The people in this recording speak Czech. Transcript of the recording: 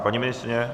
Paní ministryně?